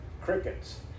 crickets